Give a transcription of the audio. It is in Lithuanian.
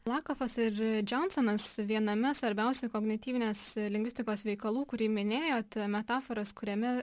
lakofas ir džionsonas viename svarbiausių kognityvinės lingvistikos veikalų kurį minėjot metaforos kuriame